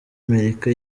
amerika